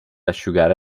asciugare